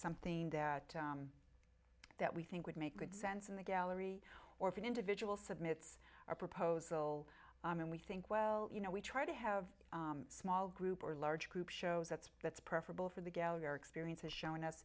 something that that we think would make good sense in the gallery or if an individual submits a proposal and we think well you know we try to have a small group or large group shows that's that's preferable for the gallagher experience has shown u